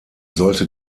sollte